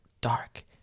dark